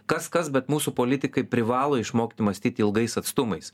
kas kas bet mūsų politikai privalo išmokti mąstyti ilgais atstumais